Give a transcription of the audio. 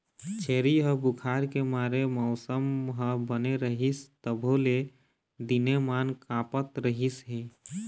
छेरी ह बुखार के मारे मउसम ह बने रहिस तभो ले दिनेमान काँपत रिहिस हे